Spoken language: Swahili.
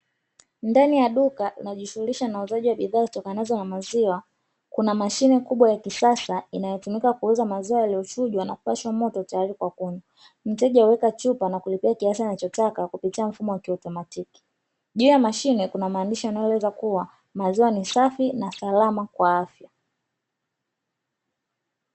Ndani ya duka linalojihusisha na uuzaji wa bidhaa zitokanazo na maziwa, kuna mashine kubwa na ya kisasa inayotumika kuuza maziwa yaliyochujwa na kupashwa moto maziwa tayari kwa kunywa; mteja huweka chupa na kuweka kiasi anachotaka kupitia mfumo wa kiautomatiki, juu ya mashine kuna maandishi yanayoelezea kuwa maziwa ni safi na salama kwa afya.